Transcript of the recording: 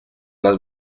las